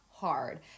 hard